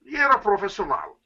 jie yra profesionalai